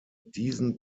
diesen